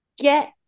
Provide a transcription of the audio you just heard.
get